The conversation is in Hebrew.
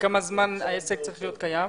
וכמה זמן העסק צריך להיות קיים?